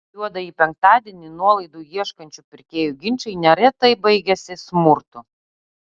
juodąjį penktadienį nuolaidų ieškančių pirkėjų ginčai neretai baigiasi smurtu